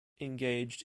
engaged